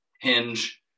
hinge